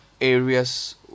areas